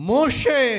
Moshe